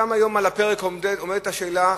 גם היום על הפרק עומדת השאלה,